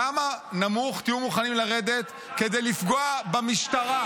כמה נמוך תהיו מוכנים לרדת כדי לפגוע במשטרה?